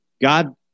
God